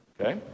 Okay